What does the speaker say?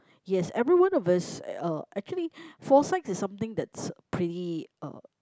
yes everyone of us uh actually foresights is something that's pretty uh